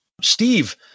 Steve